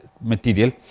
material